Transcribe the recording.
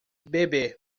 bebê